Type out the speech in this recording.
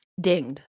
Dinged